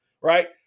right